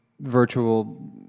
virtual